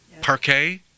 Parquet